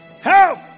Help